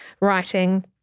writing